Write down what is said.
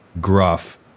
gruff